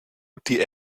die